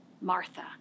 Martha